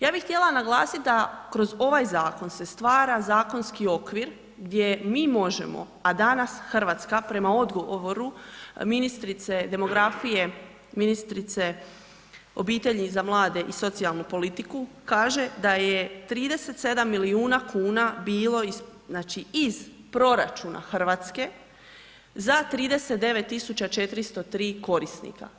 Ja bih htjela naglasit da kroz ovaj zakon se stvara zakonski okvir gdje mi možemo, a danas Hrvatska prema odgovoru ministrice demografije, ministrice obitelji za mlade i socijalnu politiku kaže da je 37 milijuna kuna bilo iz, znači iz proračuna Hrvatske za 39.403 korisnika.